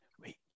Wait